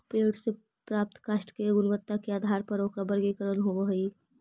पेड़ से प्राप्त काष्ठ के गुणवत्ता के आधार पर ओकरा वर्गीकरण होवऽ हई